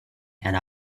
and